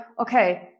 okay